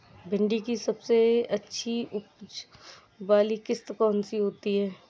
भिंडी की सबसे अच्छी उपज वाली किश्त कौन सी है?